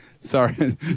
Sorry